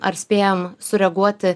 ar spėjam sureaguoti